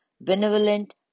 benevolent